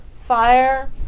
Fire